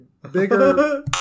bigger